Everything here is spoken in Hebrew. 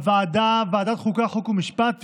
הוועדה, ועדת החוקה, חוק ומשפט,